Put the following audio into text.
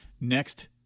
next